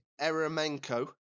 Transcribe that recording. Eremenko